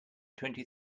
twenty